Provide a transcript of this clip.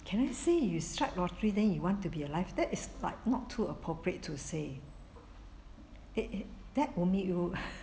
can I say you strike lottery then you want to be alive that is like not too appropriate to say it that will make you